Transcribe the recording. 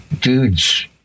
dudes